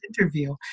interview